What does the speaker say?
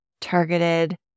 targeted